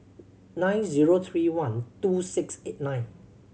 nine zero three one two six eight nine